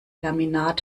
laminat